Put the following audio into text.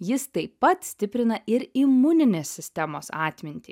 jis taip pat stiprina ir imuninės sistemos atmintį